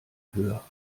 höher